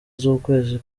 z’ukwezi